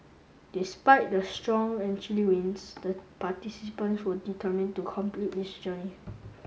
despite the strong and chilly winds the participants were determined to complete this journey